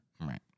Right